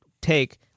take